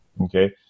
okay